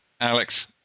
Alex